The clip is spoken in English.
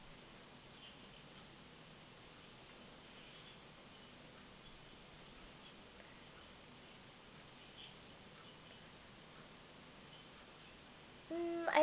mm I